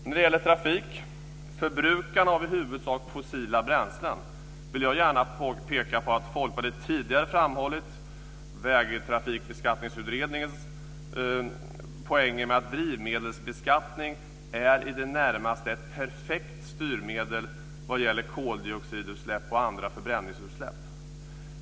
När det gäller trafik och förbrukning av i huvudsak fossila bränslen vill jag gärna peka på att Folkpartiet tidigare framhållit Vägtrafikbeskattningsutredningens poänger med att drivmedelbeskattning i det närmaste är ett perfekt styrmedel vad gäller koldioxidutsläpp och andra förbränningsutsläpp.